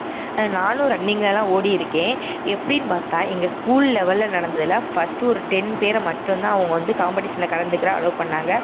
நானும் ரன்னிங்கெல்லாம் ஓடியிருக்கேன் எப்டின்னு பார்த்தா எங்கள் ஸ்கூல் லெவலில் நடந்ததில் ஃபஸ்ட்டு ஒரு டென் பேரை மட்டும்தான் அவங்க வந்து காம்படிஷனில் கலந்துக்கிற அலோ பண்ணாங்க